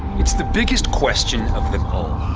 it's the biggest question of the poll